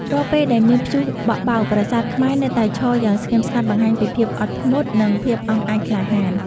រាល់ពេលដែលមានព្យុះបក់បោក ប្រាសាទខ្មែរនៅតែឈរយ៉ាងស្ងៀមស្ងាត់បង្ហាញពីភាពអត់ធ្មត់ និង ភាពអង់អាចក្លាហាន។